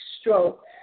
stroke